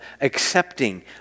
accepting